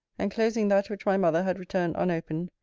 enclosing that which my mother had returned unopened,